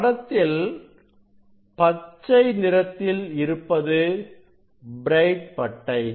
படத்தில் பச்சை நிறத்தில் இருப்பது பிரைட் பட்டை